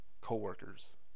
coworkers